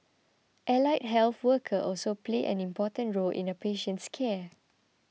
allied health workers also play an important role in a patient's care